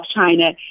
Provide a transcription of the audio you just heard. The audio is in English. China